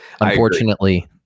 unfortunately